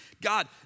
God